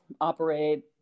operate